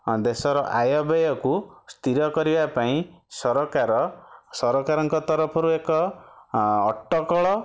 ଦେଶର ଆୟବ୍ୟୟକୁ ସ୍ଥିର କରିବା ପାଇଁ ସରକାର ସରକାରଙ୍କ ତରଫରୁ ଏକ ଅଟକଳ